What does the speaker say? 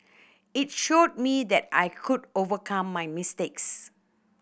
it showed me that I could overcome my mistakes